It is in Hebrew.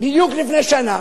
בדיוק לפני שנה,